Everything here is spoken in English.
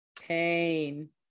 Pain